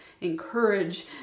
encourage